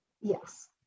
Yes